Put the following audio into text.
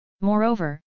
Moreover